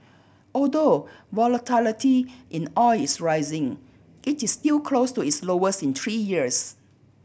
although volatility in oil is rising it is still close to its lowest in three years